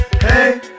Hey